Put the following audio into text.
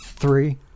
Three